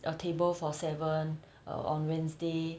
a table for seven err on wednesday